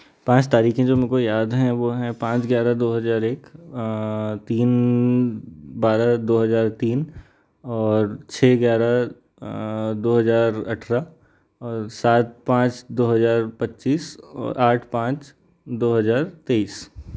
पाँच तारीखें है जो मेरे को याद हैं वह है पाँच ग्यारह दो हजार एक तीन बारह दो हजार तीन और छः ग्यारह दो हजार अठरह और सात पाँच दो हजार पच्चीस और आठ पाँच दो हजार तेईस